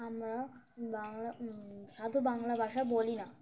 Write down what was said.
আমরা বাংলা সাধু বাংলা ভাষা বলি না